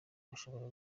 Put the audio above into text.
bashobora